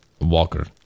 Walker